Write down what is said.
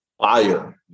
Fire